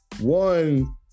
One